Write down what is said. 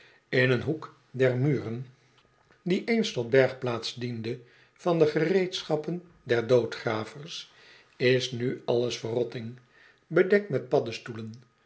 in een hoek der muren die eens tot bergplaats diende van de gereedschappen der doodgravers is nu alles verrotting bedekt met paddestoelen